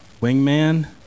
Wingman